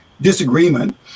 disagreement